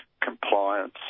compliance